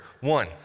One